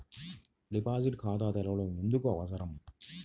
Deposit ఖాతా తెరవడం ఎందుకు అవసరం?